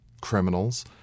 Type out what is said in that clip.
criminals